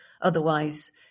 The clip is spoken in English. Otherwise